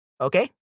Okay